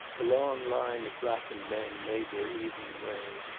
a long line of blackened men made their evening way.